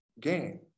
gain